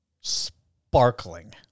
sparkling